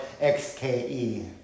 XKE